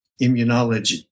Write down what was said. immunology